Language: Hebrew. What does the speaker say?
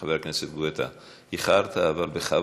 חבר הכנסת גואטה, איחרת, אבל בכבוד.